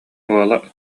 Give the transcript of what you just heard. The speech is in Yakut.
уола